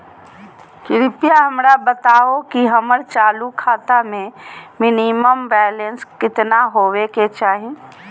कृपया हमरा बताहो कि हमर चालू खाता मे मिनिमम बैलेंस केतना होबे के चाही